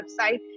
website